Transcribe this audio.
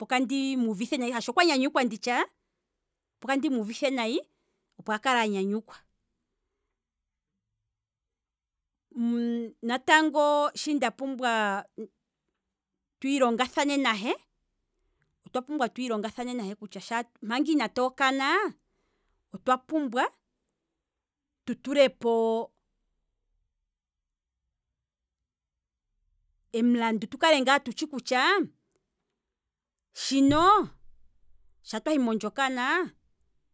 opo kandi muuvithe nayi shaashi okwa nyanyukwa nditsha opo kandi muuvithe nayi shaashi okwa nyanyukwa, opo akale anyanyukwa, natango shi nda pumbwa twiilonga thane nahe, otwa pumbwa twiilonga thane nahe kutya manga inatu hokana otwa pumbwa tu tulepo em'landu tu kale ngaa tutshi kutya shino shaa twahi mondjokana